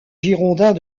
girondins